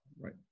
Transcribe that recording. Right